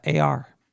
AR